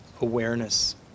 awareness